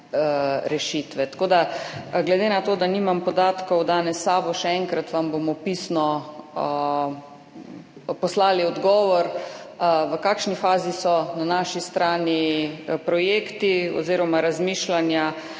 rešitve. Glede na to, da danes nimam podatkov s sabo, vam bomo pisno poslali odgovor, v kakšni fazi so na naši strani projekti oziroma razmišljanja